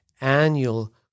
annual